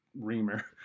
reamer